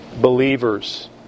believers